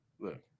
look